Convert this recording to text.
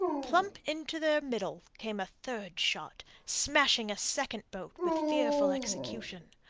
plump into their middle came a third shot, smashing a second boat with fearful execution.